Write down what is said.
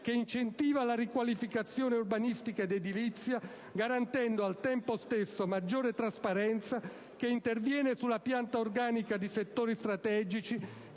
che incentiva la riqualificazione urbanistica ed edilizia garantendo al tempo stesso maggiore trasparenza, che interviene sulla pianta organica di settori strategici,